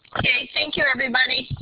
okay, thank you everybody.